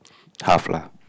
tough lah